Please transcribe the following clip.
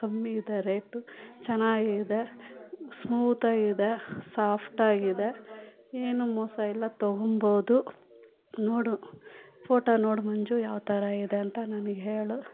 ಕಮ್ಮಿ ಇದೆ ರೇಟು ಚೆನ್ನಾಗಿದೆ ಸ್ಮೂತಾಗಿದೆ ಸಾಫ್ಟಾಗಿದೆ ಏನು ಮೋಸ ಇಲ್ಲ ತೊಗೊಬೋದು ನೋಡು ಫೋಟೋ ನೋಡು ಮಂಜು ಯಾವ್ತರ ಇದೆ ಅಂತ ನನಗೆ ಹೇಳು